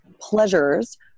pleasures